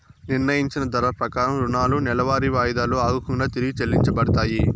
నిర్ణయించిన ధర ప్రకారం రుణాలు నెలవారీ వాయిదాలు ఆగకుండా తిరిగి చెల్లించబడతాయి